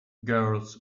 girls